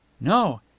no